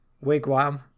wigwam